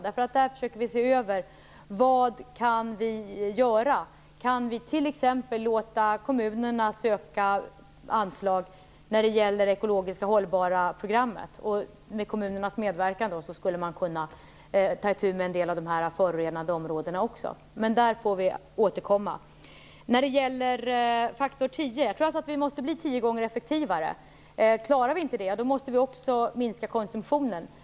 Vi försöker se över vad vi kan göra. Kan vi t.ex. låta kommunerna söka anslag när det gäller det ekologiskt hållbara programmet? Med kommunernas medverkan skulle man då kunna ta itu med en del av de förorenade områdena. Men vi får, som sagt, återkomma till detta. När det gäller faktor 10 tror jag att vi måste bli tio gånger effektivare. Om vi inte klarar av det måste vi också minska konsumtionen.